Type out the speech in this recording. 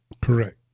Correct